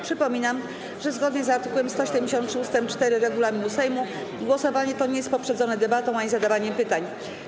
Przypominam, że zgodnie z art. 173 ust. 4 regulaminu Sejmu głosowanie to nie jest poprzedzone debatą ani zadawaniem pytań.